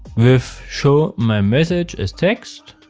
with show my message as text.